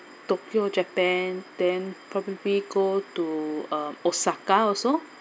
tokyo japan then probably go to uh osaka also